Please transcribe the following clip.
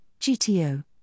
GTO